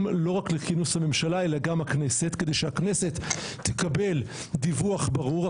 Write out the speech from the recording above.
לא רק לכינוס הממשלה אלא גם הכנסת כדי שהכנסת תקבל דיווח ברור.